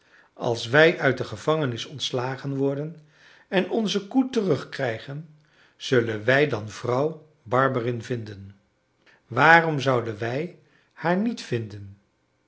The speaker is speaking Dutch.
als wij uit de gevangenis ontslagen worden en onze koe terugkrijgen zullen wij dan vrouw barberin vinden waarom zouden wij haar niet vinden